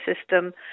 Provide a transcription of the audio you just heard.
system